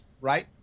right